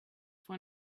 for